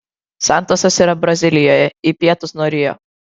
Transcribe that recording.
santosas yra brazilijoje į pietus nuo rio